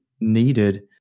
needed